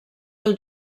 del